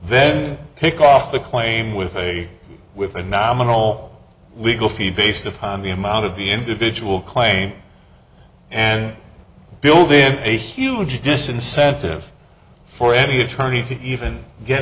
then pick off the claim with a with a nominal legal fee based upon the amount of the individual claim and building a huge disincentive for any attorney if you even get